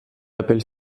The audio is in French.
appelle